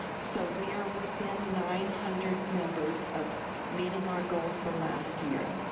so we are within nine hundred members of meeting our goal for last year